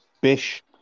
Bish